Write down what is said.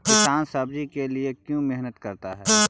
किसान सब्जी के लिए क्यों मेहनत करता है?